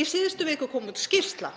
Í síðustu viku kom út skýrsla